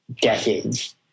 decades